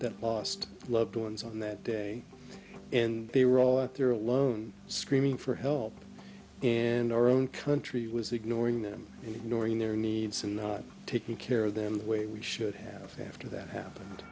that lost loved ones on that day and they were all out there alone screaming for help and our own country was ignoring them and nor in their needs and taking care of them the way we should have to that happened